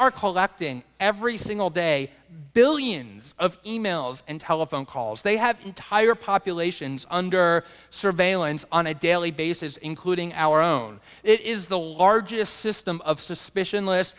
are called acting every single day billions of e mails and telephone calls they have entire populations under surveillance on a daily basis including our own it is the largest system of suspicion list